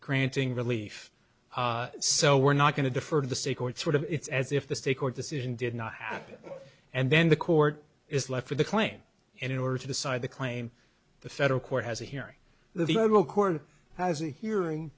granting relief so we're not going to defer to the state court sort of it's as if the state court decision did not happen and then the court is left for the claim and in order to decide the claim the federal court has a hearing the legal court has a hearing